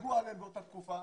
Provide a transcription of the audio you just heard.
שחגגו עליהם באותה תקופה,